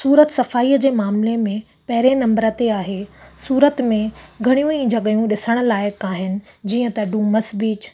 सूरत सफ़ाईअ जे मामले में पहिरे नंबर ते आहे सूरत में घणियूं ई जॻहियूं ॾिसणु लाइक़ु आहिनि जीअं त डूमस बीच